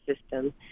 system